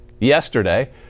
yesterday